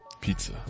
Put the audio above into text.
Pizza